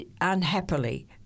unhappily